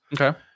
Okay